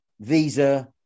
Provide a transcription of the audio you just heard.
Visa